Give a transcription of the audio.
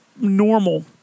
normal